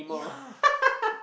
yeah